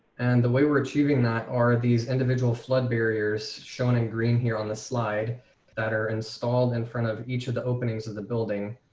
and the way we're achieving that are these individual flood barriers shown in green here on the slide that are installed in front of each of the openings of the building.